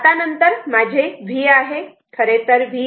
आता नंतर माझे V आहे